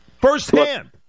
firsthand